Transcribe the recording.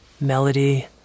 melody